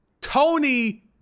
Tony